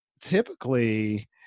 typically